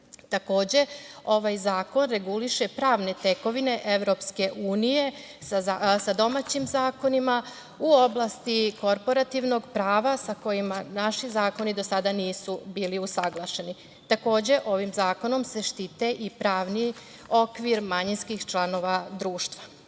naknade. Takođe, ovaj zakon reguliše pravne tekovine EU sa domaćim zakonima u oblastima korporativnog prava sa kojima naši zakoni do sada nisu bili usaglašeni. Ovim zakonom se štite i pravni okvir manjinskih članova društva.